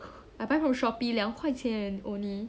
I buy from shopee 两块钱 only